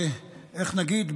איך נגיד,